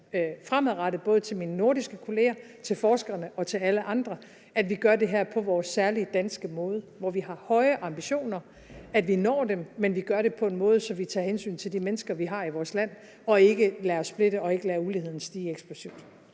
fremadrettet både til mine nordiske kolleger, til forskerne og til alle andre, at vi gør det her på vores særlige danske måde, hvor vi har høje ambitioner, og hvor vi når dem, men hvor vi gør det på en måde, så vi tager hensyn til de mennesker, vi har i vores land, og ikke lader os splitte og ikke lader uligheden stige eksplosivt.